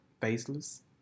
Faceless